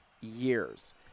years